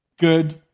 Good